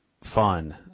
fun